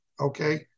okay